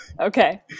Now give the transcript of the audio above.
Okay